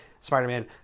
Spider-Man